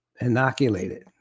inoculated